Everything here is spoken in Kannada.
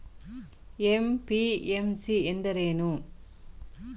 ಎಂ.ಪಿ.ಎಂ.ಸಿ ಎಂದರೇನು?